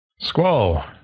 Squall